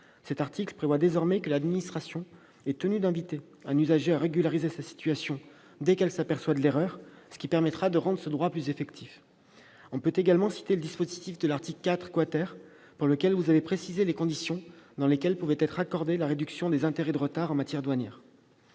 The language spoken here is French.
cet article prévoit désormais que l'administration est tenue d'inviter un usager à régulariser sa situation dès qu'elle s'aperçoit de l'erreur, ce qui permettra de rendre ce droit plus effectif. On peut également citer le dispositif de l'article 4, pour lequel vous avez précisé les conditions dans lesquelles pouvait être accordée la réduction des intérêts de retard en matière douanière.